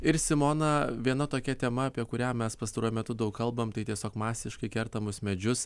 ir simona viena tokia tema apie kurią mes pastaruoju metu daug kalbam tai tiesiog masiškai kertamus medžius